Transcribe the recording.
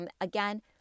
Again